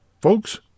Folks